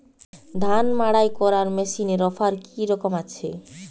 ধান মাড়াই করার মেশিনের অফার কী রকম আছে?